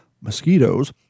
Mosquitoes